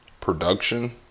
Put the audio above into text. production